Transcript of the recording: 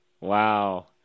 Wow